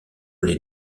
les